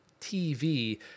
TV